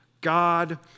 God